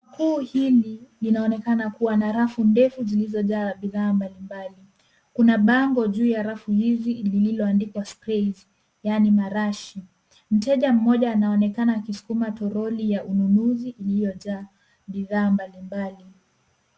Duka kuu hili linaonekana kua na rafu ndefu zilizojaa bidhaa mbali mbali. Kuna bango juu ya rafu hizi lililoandikwa sprays , yani marashi. Mteja mmoja anaonekana akisukuma toroli ya ununuzi iliyojaa bidhaa mbali mbali.